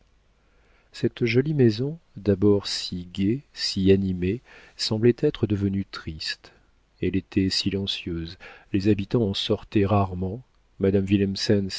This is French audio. cette jolie maison d'abord si gaie si animée semblait être devenue triste elle était silencieuse les habitants en sortaient rarement madame